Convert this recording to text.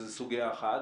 זו סוגיה אחת,